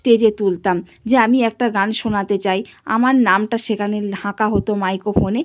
স্টেজে তুলতাম যে আমি একটা গান শোনাতে চাই আমার নামটা সেখানে হাঁকা হতো মাইক্রোফনে